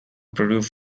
produced